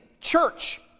church